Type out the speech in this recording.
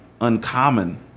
uncommon